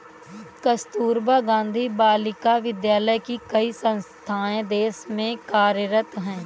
कस्तूरबा गाँधी बालिका विद्यालय की कई संस्थाएं देश में कार्यरत हैं